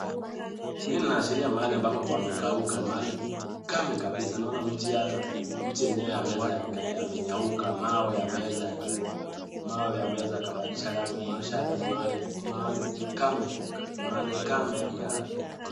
Ina ashiria mahali ambopo imekauka mahali kamwe kabisa ninaona miti mawe amboyo yame weza kukauka nayamebadilisha rangi marisha apa ni mahali kame